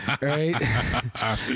right